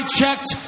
checked